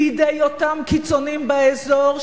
בידי אותם קיצונים באזור,